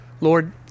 Lord